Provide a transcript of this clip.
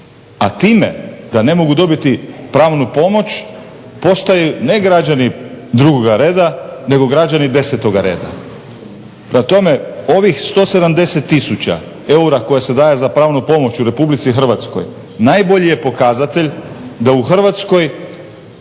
A time da ne mogu dobiti pravnu pomoć postaju ne građani drugoga reda, nego građani desetoga reda. Prema tome, ovih 170 tisuća eura koje se daju za pravnu pomoć u RH najbolji je pokazatelj da u Hrvatskoj